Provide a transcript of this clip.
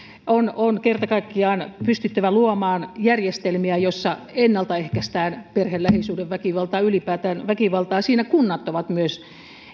on on kerta kaikkiaan pystyttävä luomaan järjestelmiä joissa ennalta ehkäistään perhe lähisuhdeväkivaltaa ylipäätään väkivaltaa siinä kunnat ovat myös